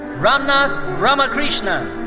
ramnath ramakrishnan.